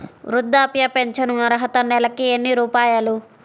వృద్ధాప్య ఫింఛను అర్హత నెలకి ఎన్ని రూపాయలు?